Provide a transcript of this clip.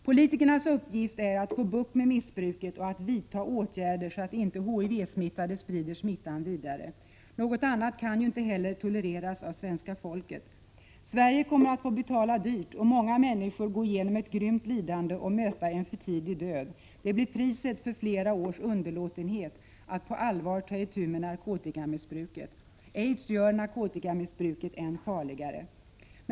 Politikernas uppgift är att få bukt med missbruket och att vidta åtgärder, så att HIV-smittade förhindras att sprida smittan vidare. Något annat kan ju inte heller tolereras av svenska folket. Sverige kommer att få betala dyrt, och många människor kommer att få gå igenom ett grymt lidande och möta en för tidig död. Det blir priset för flera års underlåtenhet att på allvar ta itu med narkotikamissbruket. Aids gör att narkotikamissbruket blir ännu farligare.